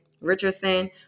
Richardson